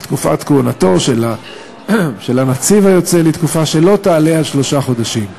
תקופת כהונתו של הנציב היוצא לתקופה שלא תעלה על שלושה חודשים.